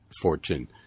fortune